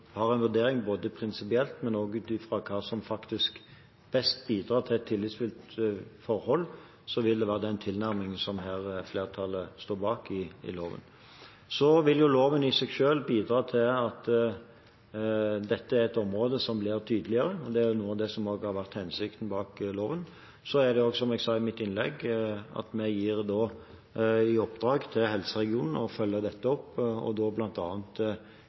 har en vurdering både prinsipielt og ut fra hva som faktisk best bidrar til et tillitsfullt forhold, vil det være den tilnærmingen som flertallet står bak i loven. Så vil loven i seg selv bidra til at dette er et område som blir tydeligere, og det er noe av det som også har vært hensikten bak loven. Så gir vi også, som jeg sa i mitt innlegg, helseregionene i oppdrag å følge dette opp, bl.a. med å informere og